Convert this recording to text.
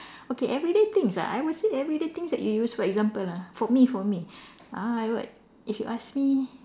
okay everyday things ah I would say everyday things that you use for example ah for me for me uh I would if you ask me